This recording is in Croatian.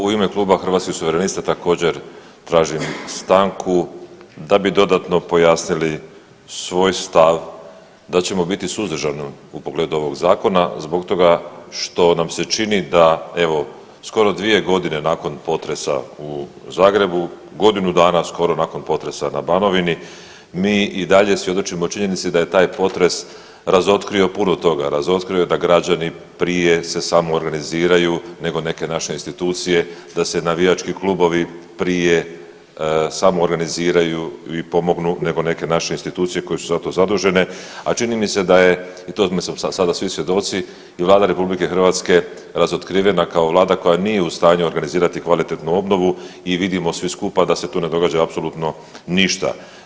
U ime Kluba Hrvatskih suverenista također tražim stanku da bi dodatno pojasnili svoj stav da ćemo biti suzdržani u pogledu ovog zakona zbog toga što nam se čini da evo skoro 2.g. nakon potresa u Zagrebu, godinu dana skoro nakon potresa na Banovini mi i dalje svjedočimo činjenici da je taj potres razotkrio puno toga, razotkrio je da građani prije se samoorganiziraju nego neke naše institucije, da se navijački klubovi prije samoorganiziraju i pomognu nego neke naše institucije koje su za to zadužene, a čini mi se da je i tomu smo sada svi svjedoci i Vlada RH razotkrivena kao vlada koja nije u stanju organizirati kvalitetnu obnovu i vidimo svi skupa da se tu ne događa apsolutno ništa.